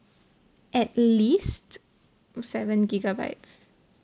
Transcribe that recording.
at least seven gigabytes